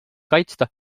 kaitsta